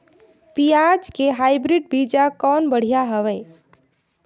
पियाज के हाईब्रिड बीजा कौन बढ़िया हवय?